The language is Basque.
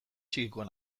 txikikoa